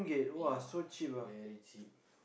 ya very cheap